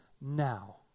now